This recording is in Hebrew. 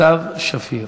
סתיו שפיר.